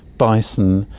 bison,